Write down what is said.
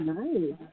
nice